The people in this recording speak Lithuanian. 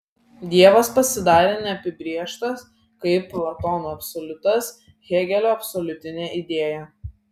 dievas pasidarė neapibrėžtas kaip platono absoliutas hėgelio absoliutinė idėja